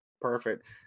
Perfect